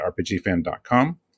RPGFan.com